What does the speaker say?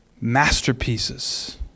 masterpieces